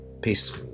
Peace